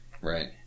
Right